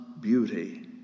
beauty